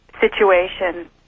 situation